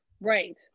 Right